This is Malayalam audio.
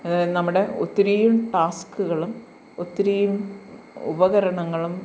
നമ്മുടെ ഒത്തിരിയും ടാസ്ക്കുകളും ഒത്തിരിയും ഉപകരണങ്ങളും